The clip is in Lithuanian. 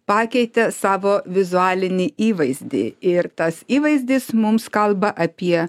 pakeitė savo vizualinį įvaizdį ir tas įvaizdis mums kalba apie